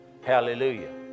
Hallelujah